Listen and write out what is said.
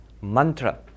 mantra